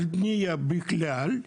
על בנייה בכלל,